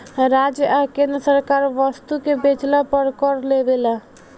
राज्य आ केंद्र सरकार वस्तु के बेचला पर कर लेवेला